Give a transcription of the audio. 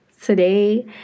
today